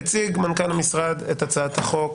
הציג מנכ"ל המשרד את הצעת החוק.